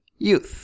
Youth